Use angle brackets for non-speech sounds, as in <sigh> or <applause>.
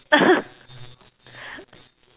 <laughs>